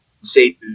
say